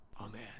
Amen